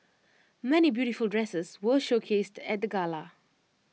many beautiful dresses were showcased at the gala